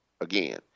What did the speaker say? Again